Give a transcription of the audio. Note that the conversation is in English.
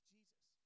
Jesus